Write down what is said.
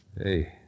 Hey